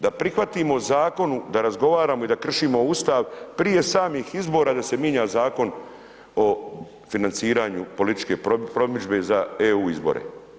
Da prihvatimo Zakon, da razgovaramo i da kršimo Ustav prije samih izbora da se minja zakon o financiranju političke promidžbe za EU izbore?